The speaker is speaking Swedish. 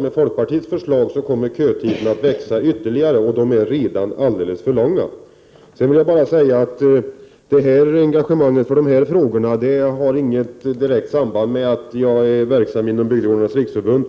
Med fokpartiets förslag kommer de facto köerna ytterligare att växa, och de är redan nu alltför långa. Mitt engagemang för dessa frågor har inget direkt samband med att jag är verksam inom Bygdegårdarnas riksförbund.